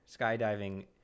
skydiving